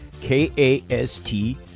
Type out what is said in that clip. k-a-s-t